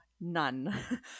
none